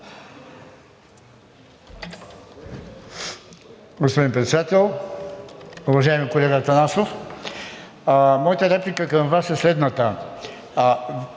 Господин Председател, уважаеми колега Атанасов. Моята реплика към Вас е следната,